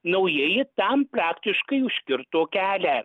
naujieji tam praktiškai užkirto kelią